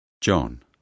John